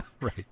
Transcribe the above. right